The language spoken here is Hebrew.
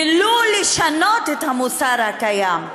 ולו לשנות את המוסר הקיים.